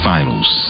Finals